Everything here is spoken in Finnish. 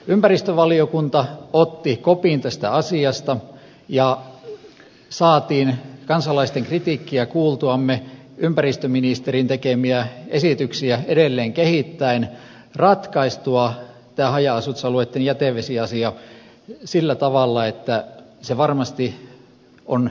ympäristövaliokunta otti kopin tästä asiasta ja saatiin kansalaisten kritiikkiä kuultuamme ympäristöministerin tekemiä esityksiä edelleen kehittäen ratkaistua tämä haja asutusalueitten jätevesiasia sillä tavalla että se varmasti on tyydyttävä